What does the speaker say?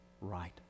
right